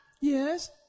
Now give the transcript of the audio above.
Yes